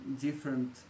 different